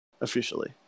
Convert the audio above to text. officially